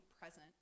present